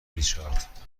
ریچارد